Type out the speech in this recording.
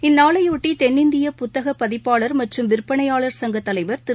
இந்த நாளையொட்டி தென்னிந்திய புத்தக பதிப்பாளர் மற்றும் விற்பனையாளர் சங்கத் தலைவர் திரு